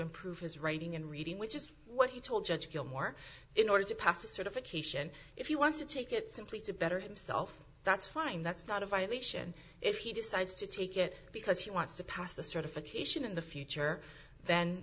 improve his writing and reading which is what he told judge gilmore in order to pass a certification if you want to take it simply to better himself that's fine that's not a violation if he decides to take it because he wants to pass the certification in the future